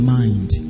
mind